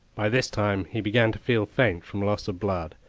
by this time he began to feel faint from loss of blood,